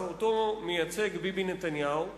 שאותו ביבי נתניהו מייצג,